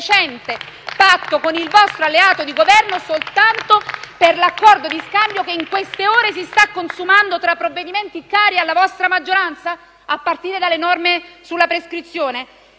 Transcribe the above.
indecente patto con il vostro alleato di Governo, soltanto per l'accordo di scambio che in queste ore si sta consumando tra provvedimenti cari alla vostra maggioranza, a partire dalle norme sulla prescrizione.